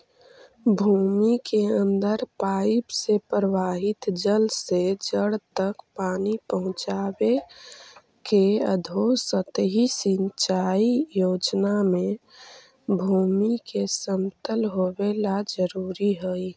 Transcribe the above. भूमि के अंदर पाइप से प्रवाहित जल से जड़ तक पानी पहुँचावे के अधोसतही सिंचाई योजना में भूमि के समतल होवेला जरूरी हइ